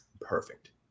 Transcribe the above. perfect